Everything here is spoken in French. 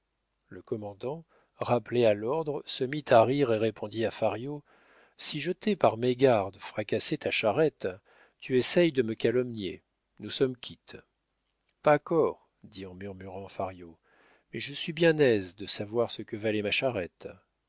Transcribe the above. le commandant rappelé à l'ordre se mit à rire et répondit à fario si je t'ai par mégarde fracassé ta charrette tu essaies de me calomnier nous sommes quittes pas core dit en murmurant fario mais je suis bien aise de savoir ce que valait ma charrette